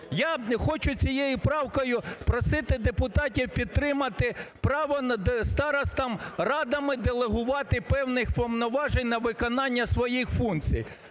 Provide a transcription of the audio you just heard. Я хочу цією правкою просити депутатів підтримати право старостам радами делегувати певних повноважень на виконання своїх функцій.